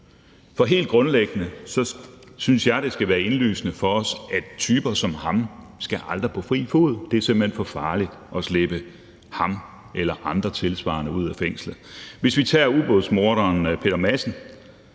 Så helt grundlæggende synes jeg, at det skal være indlysende, at typer som ham aldrig skal på fri fod. Det er simpelt hen for farligt at slippe ham eller andre tilsvarende ud af fængslet. Hvis vi tager ubådsmorderen Peter Madsen,